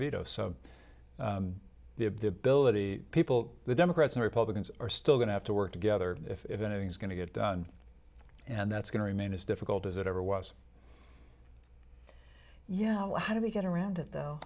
veto so the ability people the democrats and republicans are still going to have to work together if anything's going to get done and that's going to remain as difficult as it ever was yeah how do they get around